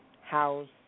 house